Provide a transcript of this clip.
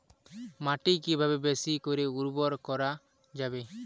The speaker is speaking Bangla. মাটি কিভাবে বেশী করে উর্বর করা যাবে?